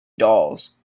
dawes